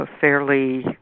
fairly